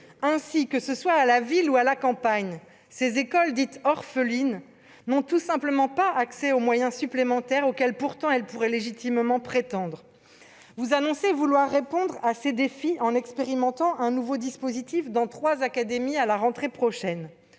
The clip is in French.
Ainsi, que ce soit à la ville ou à la campagne, ces écoles dites « orphelines » n'ont tout simplement pas accès aux moyens supplémentaires auxquels elles pourraient pourtant légitimement prétendre. Vous annoncez vouloir répondre à ces défis en expérimentant un nouveau dispositif dans trois académies à la rentrée prochaine.